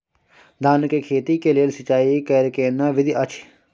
धान के खेती के लेल सिंचाई कैर केना विधी अछि?